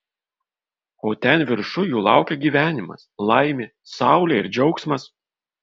o ten viršuj jų laukia gyvenimas laimė saulė ir džiaugsmas